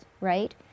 right